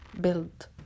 build